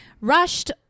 Rushed